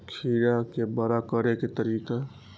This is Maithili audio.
खीरा के बड़ा करे के तरीका?